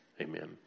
Amen